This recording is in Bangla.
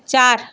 চার